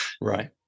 Right